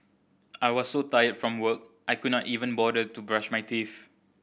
I was so tired from work I could not even bother to brush my teeth